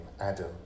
Adam